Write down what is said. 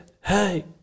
hey